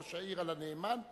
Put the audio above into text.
ראש העיר על הנאמן,